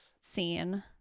scene